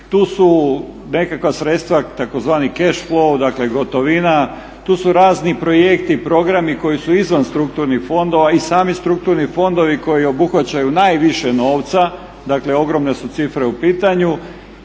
tu su nekakva sredstva tzv. cash flow, dakle gotovina, tu su razni projekti i programi koji su izvan strukturnih fondova i sami strukturni fondovi koji obuhvaćaju najviše novca, dakle ogromne su cifre u pitanju.